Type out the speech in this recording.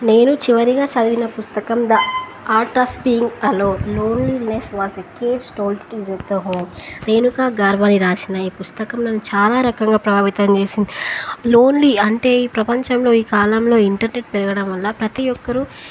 నేను చివరిగా చదివిన పుస్తకం the art of being alone loneliness is the keystone at the home Renuka Gavrani రాసిన ఈ పుస్తకం నన్ను చాలా రకంగా ప్రభావితం చేసింది లోన్లీ అంటే ఈ ప్రపంచంలో ఈ కాలంలో ఇంటర్నెట్ పెరగడం వల్ల ప్రతి ఒక్కరు